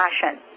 passion